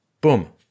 Boom